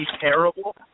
terrible